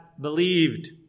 believed